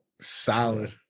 solid